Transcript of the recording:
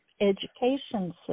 education